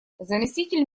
заместитель